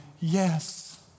yes